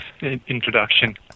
introduction